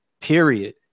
period